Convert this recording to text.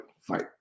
fight